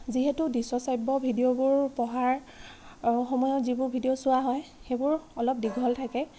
যিহেতু দৃশ্য শ্ৰব্য ভিডিঅ'বোৰ পঢ়াৰ সময়ত যিবোৰ ভিডিঅ' চোৱা হয় সেইবোৰ অলপ দীঘল থাকে